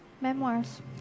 memoirs